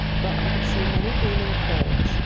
buck could see many gleaming coals,